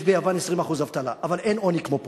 יש ביוון 20% אבטלה, אבל אין עוני כמו פה,